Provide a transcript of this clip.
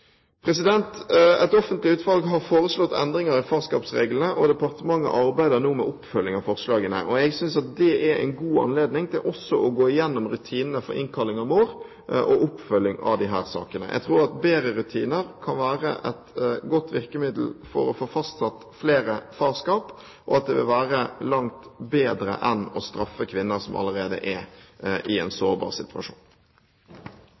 Et offentlig utvalg har foreslått endringer i farskapsreglene, og departementet arbeider nå med oppfølging av forslagene. Jeg synes at det er en god anledning til også å gå gjennom rutinene for innkalling av mor og oppfølging av disse sakene. Jeg tror at bedre rutiner kan være et godt virkemiddel for å få fastsatt flere farskap, og at det vil være langt bedre enn å straffe kvinner som allerede er i en